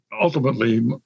ultimately